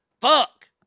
fuck